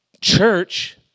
church